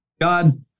God